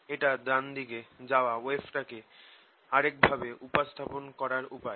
এটা ডান দিকে যাওয়া ওয়েভটাকে আরেক ভাবে উপস্থাপন করার উপায়